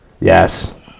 Yes